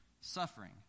suffering